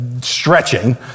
stretching